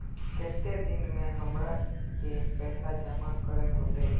केते दिन में हमरा के पैसा जमा करे होते?